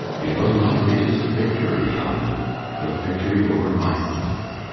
it was my greatest victory, helen the victory over myself.